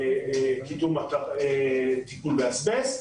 לטיפול באסבסט,